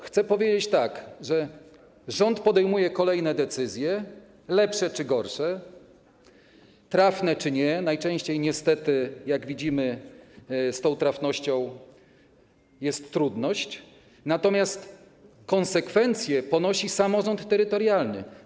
Chcę powiedzieć, że rząd podejmuje kolejne decyzje, lepsze czy gorsze, trafne czy nie - najczęściej niestety, jak widzimy, z tą trafnością jest trudność - natomiast konsekwencje ponosi samorząd terytorialny.